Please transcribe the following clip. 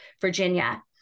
Virginia